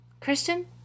Christian